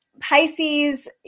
pisces